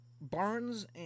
Barnes